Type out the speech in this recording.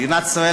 מדינת ישראל,